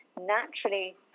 naturally